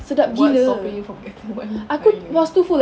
what's stopping you from getting one hari ni